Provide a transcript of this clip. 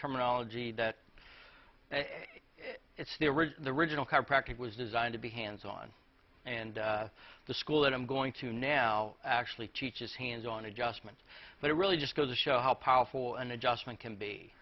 terminology that it's the original original car practice was designed to be hands on and the school that i'm going to now actually teaches hands on adjustment but it really just goes to show how powerful an adjustment